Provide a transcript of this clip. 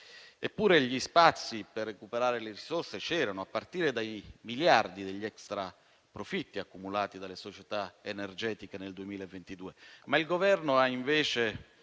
Eppure, gli spazi per recuperare le risorse c'erano, a partire dai miliardi degli extraprofitti accumulati dalle società energetiche nel 2022,